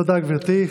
תודה, גברתי.